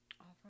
offer